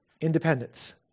independence